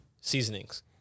seasonings